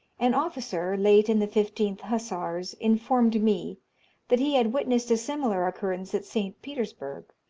an officer, late in the fifteenth hussars, informed me that he had witnessed a similar occurrence at st. petersburg.